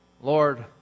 Lord